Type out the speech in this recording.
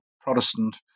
Protestant